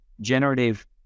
generative